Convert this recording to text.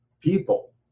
people